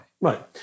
Right